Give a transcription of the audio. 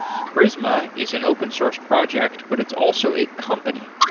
prisma is an open source project, but it's also a company.